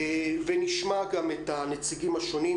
ונשמע גם את הנציגים השונים.